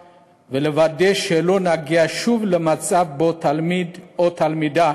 ולוודא שלא נגיע שוב למצב שבו תלמיד או תלמידה